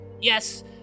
Yes